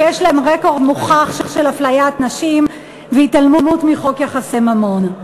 שיש להם רקורד מוכח של אפליית נשים והתעלמות מחוק יחסי ממון.